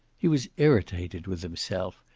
he was irritated with himself.